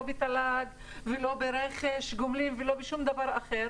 לא בתל"ג ולא ברכש גומלין ולא בשום דבר אחר